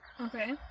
Okay